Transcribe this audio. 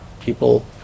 People